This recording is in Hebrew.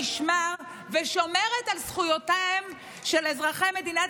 ההשתלחות במשרתי הציבור ושומרי הסף היא תמצית השיטה שלכם בדרך